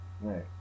Right